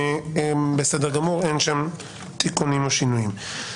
ואין שם תיקונים או שינויים.